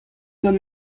d’an